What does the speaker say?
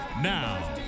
Now